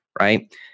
Right